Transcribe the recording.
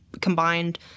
combined